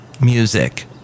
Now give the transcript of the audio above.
Music